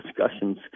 discussions